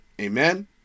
Amen